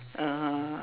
uh